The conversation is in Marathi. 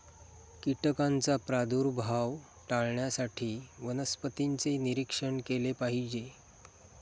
कीटकांचा प्रादुर्भाव टाळण्यासाठी वनस्पतींचे निरीक्षण केले पाहिजे